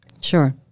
Sure